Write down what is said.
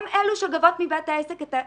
הן אלו שגובות מבית העסק את הכספים.